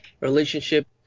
relationship